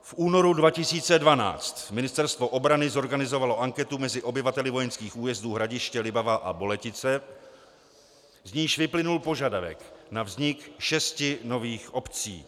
V únoru 2012 Ministerstvo obrany zorganizovalo anketu mezi obyvateli vojenských újezdů Hradiště, Libavá a Boletice, z níž vyplynul požadavek na vznik šesti nových obcí.